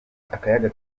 akayaga